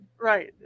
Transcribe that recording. Right